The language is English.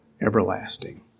everlasting